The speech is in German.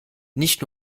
nicht